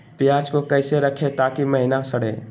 प्याज को कैसे रखे ताकि महिना सड़े?